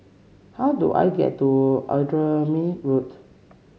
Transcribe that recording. how do I get to Admiralty Road